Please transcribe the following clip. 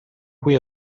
cui